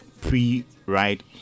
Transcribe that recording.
pre-ride